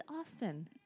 Austin